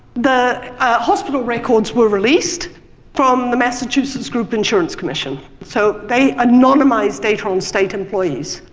the hospital records were released from the massachusetts group insurance commission. so, they anonymize data on state employees.